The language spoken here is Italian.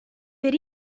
per